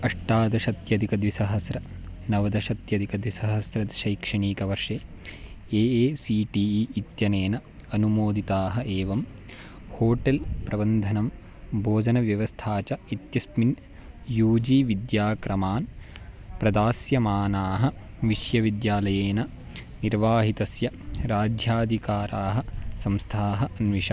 अष्टादशाधिकद्विसहस्रं नवदशत्यदिकद्विसहस्रतमे शैक्षणीकवर्षे A C T E इत्यनेन अनुमोदिताः एवम् होटेल् प्रबन्धनं भोजनव्यवस्था च इत्यस्मिन् यू जी विद्याक्रमान् प्रदास्यमानाः विश्यविद्यालयेन निर्वाहितस्य राज्याधिकाराः संस्थाः अन्विष